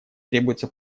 требуется